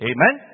Amen